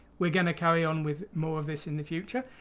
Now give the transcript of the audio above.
we're going to carry on with more of this in the future,